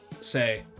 say